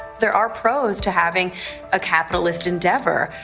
there are pros to having a capitalist endeavor.